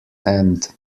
end